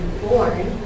born